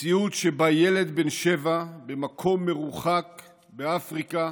מציאות שבה ילד בן שבע במקום מרוחק באפריקה